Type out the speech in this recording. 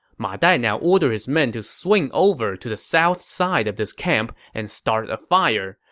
ma dai now ordered his men to swing over to the south side of this camp and start a fire.